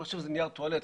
רואה איזשהו נייר טואלט,